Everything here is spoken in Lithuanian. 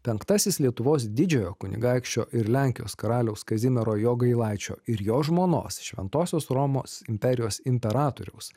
penktasis lietuvos didžiojo kunigaikščio ir lenkijos karaliaus kazimiero jogailaičio ir jo žmonos šventosios romos imperijos imperatoriaus